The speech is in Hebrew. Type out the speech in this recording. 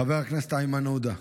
חבר הכנסת איימן עודה,